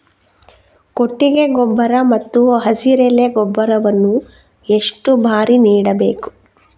ಕೊಟ್ಟಿಗೆ ಗೊಬ್ಬರ ಮತ್ತು ಹಸಿರೆಲೆ ಗೊಬ್ಬರವನ್ನು ಎಷ್ಟು ಬಾರಿ ನೀಡಬೇಕು?